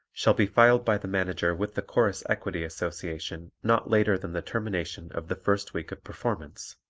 shall be filed by the manager with the chorus equity association not later than the termination of the first week of performance.